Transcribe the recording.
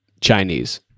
Chinese